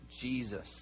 Jesus